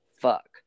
fuck